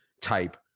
type